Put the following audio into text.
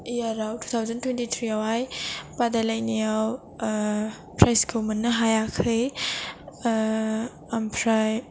याराव two thousand twenty three आवहाय बादाय लायनायाव प्राइजखौ मोननो हायाखै ओमफ्राय